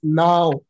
now